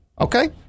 Okay